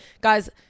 guys